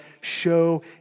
show